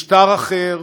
משטר אחר,